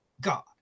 god